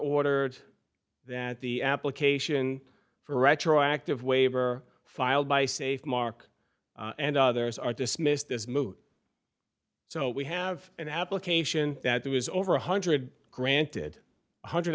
ordered that the application for retroactive waiver filed by safe mark and others are dismissed as moot so we have an application that there was over one hundred granted one hundred